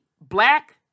black